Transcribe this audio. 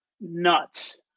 nuts